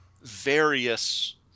various